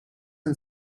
and